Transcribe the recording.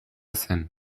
zen